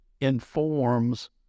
informs